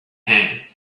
hand